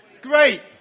Great